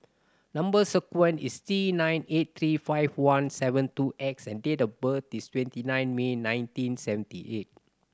number sequence is T nine eight three five one seven two X and date of birth is twenty nine May nineteen seventy eight